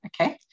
Okay